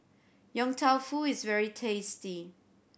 Yong Tau Foo is very tasty